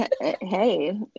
Hey